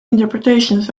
interpretations